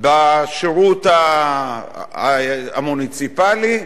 בשירות המוניציפלי,